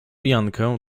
jankę